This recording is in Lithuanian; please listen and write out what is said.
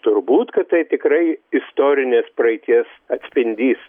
turbūt kad tai tikrai istorinės praeities atspindys